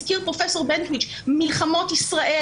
הזכיר פרופ' בנטואיץ מלחמות ישראל,